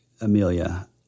Amelia